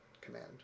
command